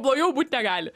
blogiau būt negali